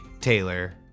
Taylor